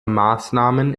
maßnahmen